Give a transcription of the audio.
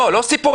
לא.